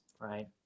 right